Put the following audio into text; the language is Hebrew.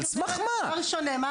נתנה